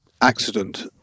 accident